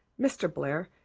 mr. blair,